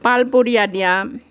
পালপৰীয়া দিয়া